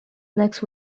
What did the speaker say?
next